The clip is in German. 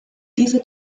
diese